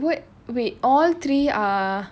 wait what wait all three are